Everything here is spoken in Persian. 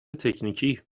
تکنیکی